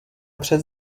přes